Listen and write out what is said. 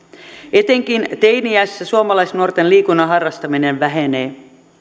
etenkin teini iässä suomalaisnuorten liikunnan harrastaminen vähenee